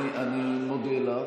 אני מודה לך,